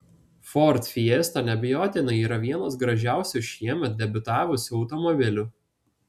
ford fiesta neabejotinai yra vienas gražiausių šiemet debiutavusių automobilių